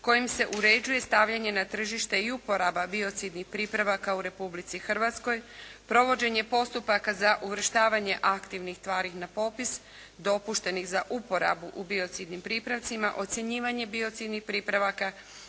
kojim se uređuje stavljanje na tržište i uporaba biocidnih pripravaka u Republici Hrvatskoj, provođenje postupaka za uvrštavanje aktivnih tvari na popis dopuštenih za uporabu u biocidnim pripravcima, ocjenjivanje biocidnih pripravaka,